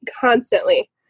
constantly